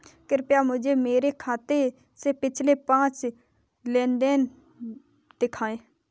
कृपया मुझे मेरे खाते से पिछले पाँच लेन देन दिखाएं